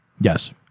Yes